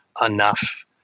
enough